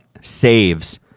saves